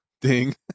ding